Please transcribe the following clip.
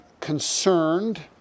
concerned